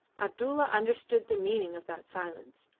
abdulla understood the meaning of that silence,